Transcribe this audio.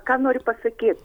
ką noriu pasakyt